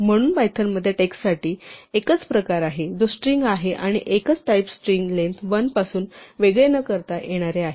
म्हणून पायथनमध्ये टेक्स्टसाठी एकच प्रकार आहे जो स्ट्रिंग आहे आणि एकच टाईप स्ट्रिंग लेंग्थ 1 पासून वेगळे न करता येणारे आहे